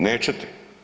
Nećete.